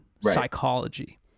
psychology